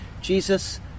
Jesus